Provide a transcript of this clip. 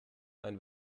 einen